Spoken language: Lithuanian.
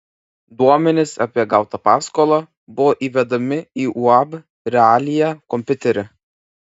duomenys apie gautą paskolą buvo įvedami į uab realija kompiuterį